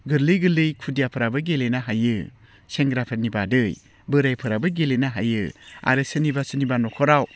गोरलै गोरलै खुदियाफ्राबो गेलेनो हायो सेंग्राफोरनि बादै बोराइफ्राबो गेलेनो हायो आरो सोरनिबा सोरनिबा नख'राव